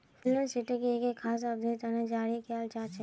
balance शीटक एक खास अवधिर तने जारी कियाल जा छे